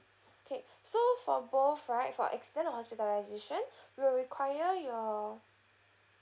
okay so for both right for extended hospitalization we'll require your